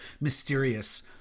mysterious